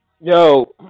Yo